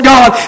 God